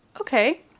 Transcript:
Okay